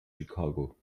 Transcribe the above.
chicago